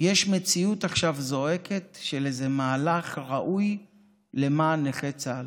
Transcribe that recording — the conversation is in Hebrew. יש עכשיו מציאות שזועקת לאיזה מהלך ראוי למען נכי צה"ל.